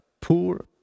poor